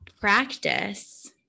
practice